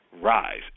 rise